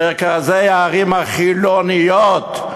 מרכזי הערים החילוניות,